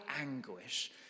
anguish